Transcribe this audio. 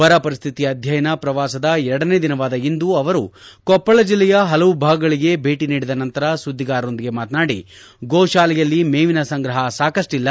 ಬರಪರಿಸ್ಥಿತಿ ಅಧ್ಯಯನ ಶ್ರವಾಸದ ಎರಡನೇ ದಿನವಾದ ಇಂದು ಅವರು ಕೊಪ್ಪಳ ಜಿಲ್ಲೆಯ ಹಲವು ಭಾಗಗಳಿಗೆ ಭೇಟ ನೀಡಿದ ನಂತರ ಸುದ್ದಿಗಾರರೊಂದಿಗೆ ಮಾತನಾಡಿ ಗೋಶಾಲೆಯಲ್ಲಿ ಮೇವಿನ ಸಂಗ್ರಹ ಸಾಕಷ್ವಿಲ್ಲ